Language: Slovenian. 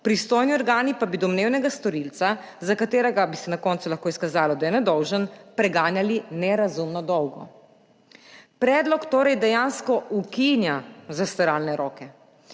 pristojni organi pa bi domnevnega storilca, za katerega bi se na koncu lahko izkazalo, da je nedolžen, preganjali nerazumno dolgo. Predlog torej dejansko ukinja zastaralne roke.